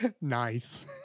nice